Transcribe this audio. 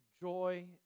joy